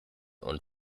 und